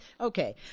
okay